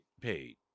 paid